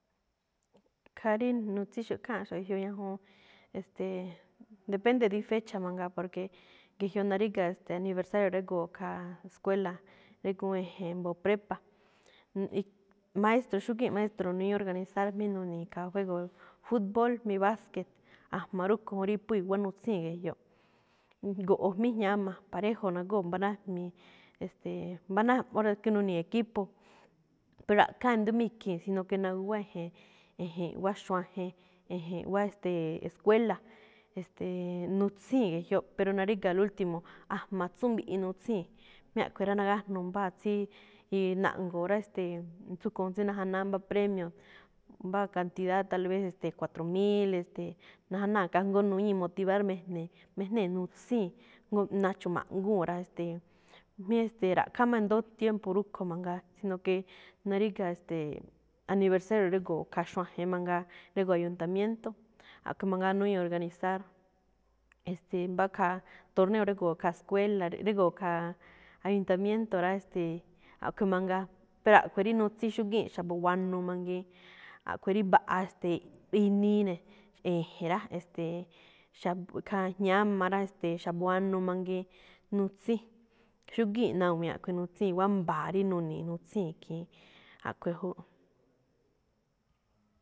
Khaa rí nu̱tsínxo̱ꞌ kháanꞌxo̱ꞌ jyoꞌ ñajuun, e̱ste̱e̱, depende dí fecha mangaa, porque ge̱jyoꞌ naríga̱, ste̱e̱, aniversario régo̱o̱ khaa scuela drígu̱ún e̱je̱n mbo̱o̱ prepa. maestro, xúgíin maestro nu̱ñi̱í organizar jmí nuni̱i̱ khaa fuego, fútbol mí básque, a̱jma̱ rúꞌkho̱ juun rí phú i̱wa̱á nutsíi̱n ge̱jyoꞌ. Go̱ꞌo̱ jmí jñáma, parejo nagóo̱ mbá nájmii̱, e̱ste̱e̱, mbá nájm, óra̱ es que nuni̱i̱ equipo. Pero ra̱ꞌkháan i̱ndo̱ó máꞌ ikhii̱n, sino que naguwa e̱je̱n, e̱je̱n i̱ꞌwá xuajen, e̱je̱n i̱ꞌwá e̱ste̱e̱, escuela, e̱ste̱e̱, nutsíi̱n ge̱jyoꞌ, pero naríga̱ al último, a̱jma̱ atsú mbiꞌi nutsíi̱n, mí a̱ꞌkhue̱n rá nagájnuu mbáa tsí na̱ꞌngo̱o̱ rá, ste̱e̱, tsúꞌkho̱ juun tsí najanáá mbá premio, mbá cantidad, tal vez cuatro mil, e̱ste̱e̱, najanáa̱, kajngó nuñíi̱ motivar me̱jne̱e̱ mejnée̱ nutsíi̱n, jngó nacho̱ ma̱ꞌngúu̱n rá. E̱ste̱e̱, mí ra̱ꞌkhá máꞌ e̱ndo̱ó tiempo rúꞌkho̱ mangaa, sino que naríga̱, e̱ste̱e̱, aniversario régo̱o̱ khaa xuajen mangaa, régo̱o̱ ayuntamiento. A̱ꞌkhue̱n mangaa nuñíi̱ organizar. E̱ste̱e̱, mbá khaa torneo régo̱o̱ khaa sccuela, régo̱o̱ khaa ayuntamiento rá. Ste̱e̱, a̱ꞌkhuen mangaa, pero a̱ꞌkhue̱n rí nutsín xúgíin xa̱bo̱ buanuu mangiin, a̱ꞌkhuen rí mbaꞌa, ste̱e̱, inii ne̱: e̱je̱n rá, e̱ste̱e̱, xa̱bo̱ ikhaa jñáma rá, ste̱e̱, xa̱buanuu mangiin nutsíin. Xúgíi̱n nawii̱n a̱ꞌkhue̱n nutsíi̱n, wáa mba̱a̱ rí nuni̱i̱ nutsín khii̱n, a̱ꞌkhue̱n júꞌ.